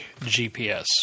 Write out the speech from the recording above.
GPS